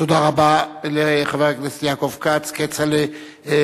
תודה רבה לחבר הכנסת יעקב כץ, כצל'ה.